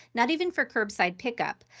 not even for curbside pickup.